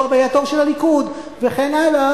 הבא זה יהיה התור של הליכוד וכן הלאה,